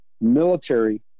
military